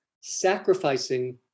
sacrificing